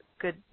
good